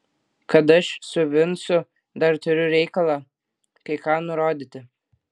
kad aš su vincu dar turiu reikalą kai ką nurodyti